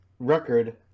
record